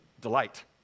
delight